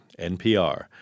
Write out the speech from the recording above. NPR